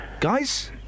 Guys